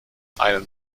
einen